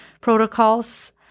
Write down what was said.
protocols